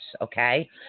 Okay